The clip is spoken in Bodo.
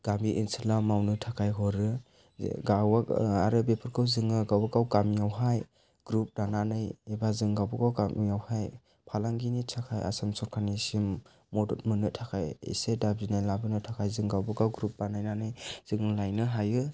गामि ओनसोलाव मावनो थाखाय हरो गावो आरो बेफोरखौ जोङो गावबा गाव गामियाव ग्रुब दानानै एबा जों गावबागावखौ गामियावहाय फालांगिनि थाखाय आसाम सरकारनिसिम मदद मोननो थाखाय एसे दाबिनाय लाबोनो थाखाय जों गावबागाव ग्रुब बानायनानै जों लायनो हायो